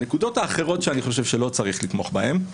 הנקודות האחרות שאני חושב שלא צריך לתמוך בהן.